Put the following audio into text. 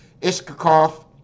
Iskakov